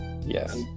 Yes